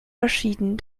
verschieden